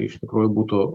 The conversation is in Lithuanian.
iš tikrųjų būtų